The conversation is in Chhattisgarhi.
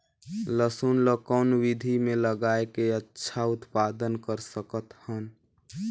लसुन ल कौन विधि मे लगाय के अच्छा उत्पादन कर सकत हन?